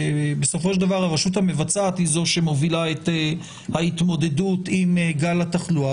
ובסופו של דבר הרשות המבצעת היא זו שמובילה את ההתמודדות עם גל התחלואה,